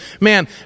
Man